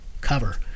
cover